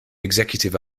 executive